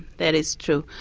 that is true.